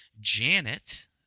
Janet